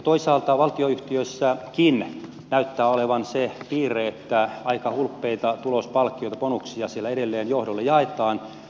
toisaalta valtionyhtiöissäkin näyttää olevan se piirre että aika hulppeita tulospalkkioita bonuksia siellä edelleen johdolle jaetaan